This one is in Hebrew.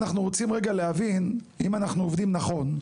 כאשר באנו לבחון את התעריף הנוכחי,